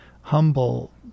humble